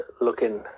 looking